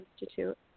Institute